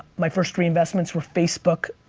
my first three investments were facebook,